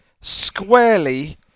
squarely